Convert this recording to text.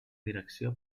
direcció